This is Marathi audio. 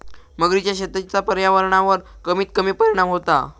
मगरीच्या शेतीचा पर्यावरणावर कमीत कमी परिणाम होता